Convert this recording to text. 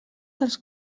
dels